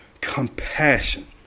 compassion